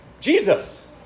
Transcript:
Jesus